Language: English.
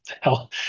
Hell